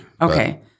Okay